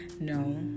no